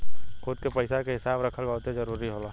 खुद के पइसा के हिसाब रखल बहुते जरूरी होला